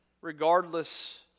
regardless